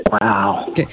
Wow